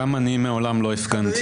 גם אני מעולם לא הפגנתי.